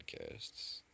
podcasts